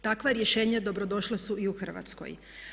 Takva rješenja dobrodošla su i u Hrvatskoj.